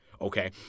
okay